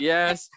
Yes